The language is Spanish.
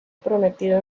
prometido